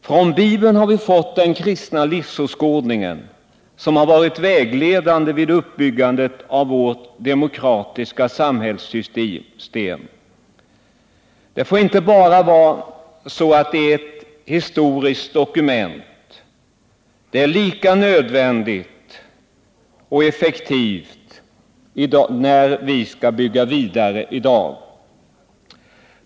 Från Bibeln har vi fått den kristna livsåskådningen, som har varit vägledande vid uppbyggandet av vårt demokratiska samhällssystem. Bibeln får inte bara bli ett historiskt dokument. Den är lika nödvändig och effektiv för den vidare samhällsuppbyggnaden.